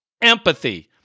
empathy